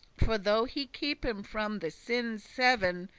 for though he keep him from the sinne's seven,